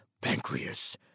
pancreas